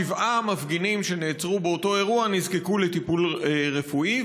שבעה מפגינים שנעצרו באותו אירוע נזקקו לטיפול רפואי,